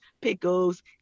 pickles